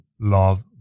Love